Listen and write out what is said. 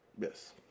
Yes